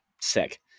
sick